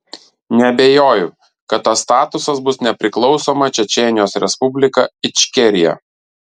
neabejoju kad tas statusas bus nepriklausoma čečėnijos respublika ičkerija